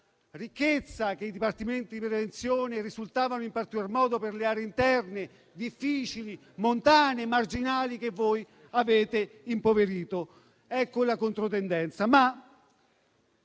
ricchezza che essi rappresentano in particolar modo per le aree interne, difficili, montane e marginali e che voi avete impoverito. Ecco la controtendenza.